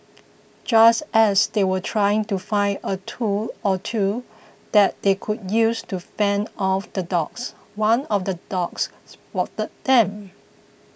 just as they were trying to find a tool or two that they could use to fend off the dogs one of the dogs spotted them